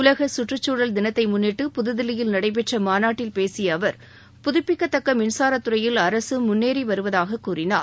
உலகச் கற்றுச்சூழல் தினத்தை முன்னிட்டு புதுதில்லியில் நடைபெற்ற மாநாட்டில் பேசிய அவர் புதுப்பிக்கத்தக்க மின்சாரத் துறையில் அரசு முன்னேறி வருவதாகக் கூறினார்